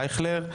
ישראל אייכלר,